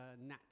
Nat